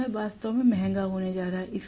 तो यह वास्तव में महंगा होने जा रहा है